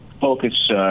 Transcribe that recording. focus